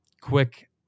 quick